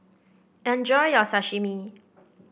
enjoy your Sashimi